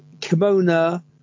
kimona